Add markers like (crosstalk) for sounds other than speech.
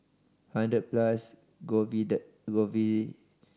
Hundred Plus (unintelligible)